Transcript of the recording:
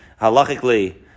halachically